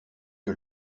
que